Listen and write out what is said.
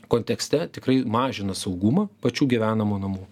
kontekste tikrai mažina saugumą pačių gyvenamų namų